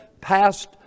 passed